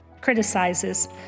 criticizes